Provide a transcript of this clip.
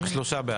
שלושה בעד.